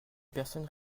personnes